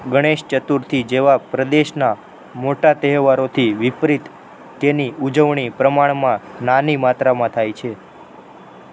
ગણેશ ચતુર્થી જેવા પ્રદેશના મોટા તહેવારોથી વિપરીત તેની ઉજવણી પ્રમાણમાં નાની માત્રામાં થાય છે